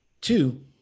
two